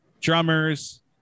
drummers